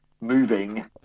moving